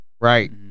right